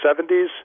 1970s